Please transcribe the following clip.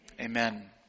amen